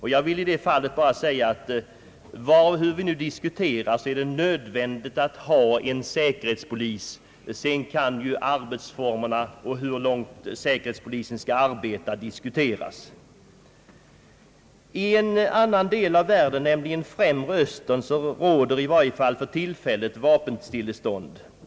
Hur vi än diskuterar är det nödvändigt att ha en säkerhetspolis. Sedan kan arbetsformerna för säkerhetspolisens arbete diskuteras. I en annan del av världen, nämligen Främre östern, råder i varje fall för närvarande vapenstillestånd.